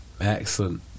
Excellent